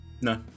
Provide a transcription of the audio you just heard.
No